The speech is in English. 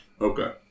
Okay